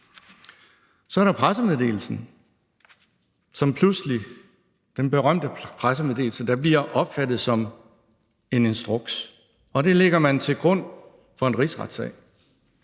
Så er der pressemeddelelsen – den berømte pressemeddelelse, der bliver opfattet som en instruks, og det lægger man til grund for en rigsretssag.